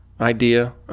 idea